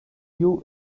you